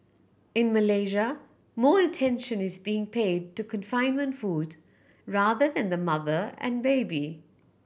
in Malaysia more attention is being paid to confinement food rather than the mother and baby